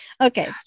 Okay